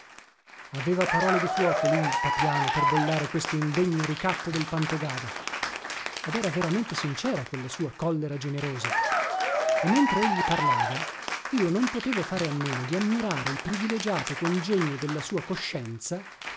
aveva parole di fuoco lui papiano per bollare questo indegno ricatto del pantogada ed era veramente sincera quella sua collera generosa e mentre egli parlava io non potevo fare a meno di ammirare il privilegiato congegno della sua coscienza